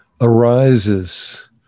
arises